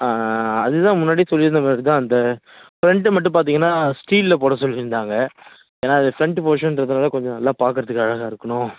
ஆ அது தான் முன்னாடி சொல்லியிருந்த மாதிரி தான் அந்த ஃப்ரண்ட்டு மட்டும் பார்த்தீங்கன்னா ஸ்டீலில் போட சொல்லியிருந்தாங்க ஏன்னால் அது ஃப்ரண்ட்டு போஷகிறதுனால கொஞ்சம் நல்லா பார்க்கறதுக்கு அழகாக இருக்கணும்